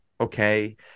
okay